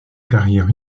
carrière